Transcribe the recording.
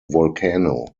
volcano